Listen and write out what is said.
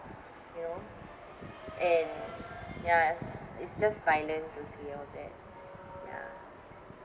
you know and ya it's it's just violent to see all that ya